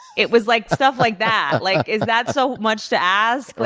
it was like stuff like that. like, is that so much to ask?